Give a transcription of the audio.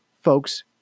folks